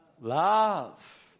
Love